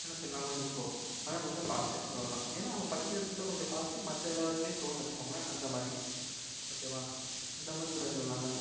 என்ன சொல்கிறது நான் கொஞ்சம் ஸ்லோ அவன் கொஞ்சம் ஃபாஸ்ட்டு அவ்வளோ தான் ஏன்னால் அவன் படிக்கிற விஷயத்துல கொஞ்சம் ஃபாஸ்ட்டு மற்ற எல்லா விஷயத்துலையும் ஸ்லோன்னு வச்சுக்கோங்களேன் அந்த மாதிரி ஓகேவா இந்த மாதிரிக் கூட இருக்கலாமில்ல